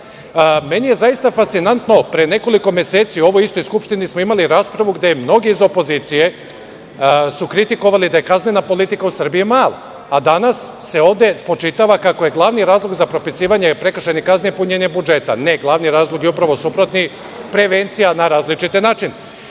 je zaista fascinantno, pre nekoliko meseci u ovoj istoj Skupštini smo imali raspravu gde su mnogi iz opozicije kritikovali da je kaznena politika u Srbiji mala, a danas se ovde spočitava kako je glavni razlog za propisivanje prekršajnih kazni punjenje budžeta. Ne, glavni razlog je upravo suprotni, prevencija na različite načine. Ono